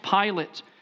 pilate